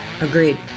Agreed